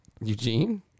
eugene